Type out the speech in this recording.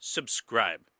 Subscribe